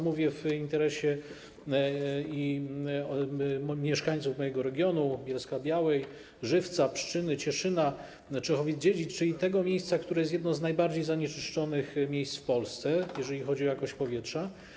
Mówię w interesie mieszkańców mojego regionu: Bielska-Białej, Żywca, Pszczyny, Cieszyna, Czechowic-Dziedzic, czyli regionu, który jest jednym z najbardziej zanieczyszczonych miejsc w Polsce, jeżeli chodzi o jakość powietrza.